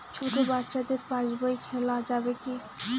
ছোট বাচ্চাদের পাশবই খোলা যাবে কি?